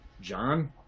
John